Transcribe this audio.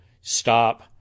stop